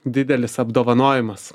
didelis apdovanojimas